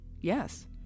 Yes